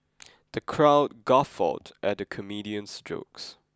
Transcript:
the crowd guffawed at the comedian's jokes